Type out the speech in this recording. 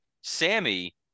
Sammy